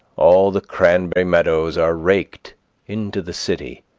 all the cranberry meadows are raked into the city.